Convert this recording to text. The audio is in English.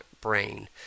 brain